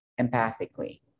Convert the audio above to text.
empathically